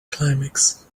climax